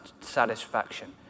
satisfaction